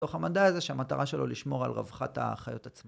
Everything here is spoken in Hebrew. תוך המדע זה שהמטרה שלו לשמור על רווחת החיות עצמה.